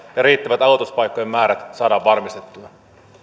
ja riittävät aloituspaikkojen määrät saadaan varmistettua